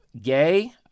gay